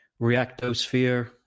reactosphere